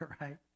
Right